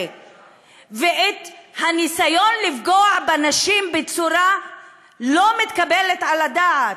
ואת הניסיון לפגוע בנשים בצורה לא מתקבלת על הדעת.